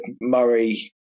Murray